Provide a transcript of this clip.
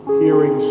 hearing